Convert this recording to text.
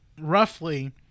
roughly